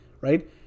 right